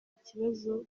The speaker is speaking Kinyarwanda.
ikibazo